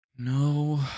No